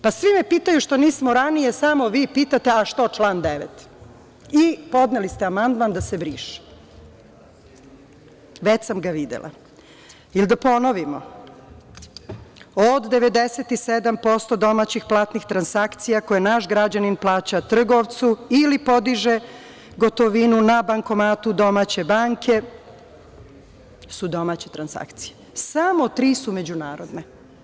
Pa, svi me pitaju što nismo ranije, samo vi pitate, a što član 9. i podneli ste amandman da se briše, već sam ga videla, ili da ponovimo, od 97% domaćih platnih transakcija koji naš građanin plaća trgovcu ili podiže gotovinu na bankomatu domaće banke, su domaće transakcije, samo tri su međunarodne.